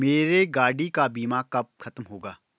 मेरे गाड़ी का बीमा कब खत्म होगा?